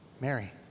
Mary